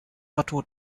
otto